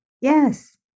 Yes